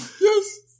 Yes